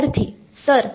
विद्यार्थी सर